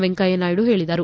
ವೆಂಕಯ್ಲನಾಯ್ಲು ಹೇಳಿದರು